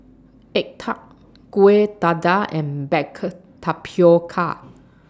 Egg Tart Kuih Dadar and Baked Tapioca